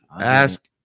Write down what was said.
ask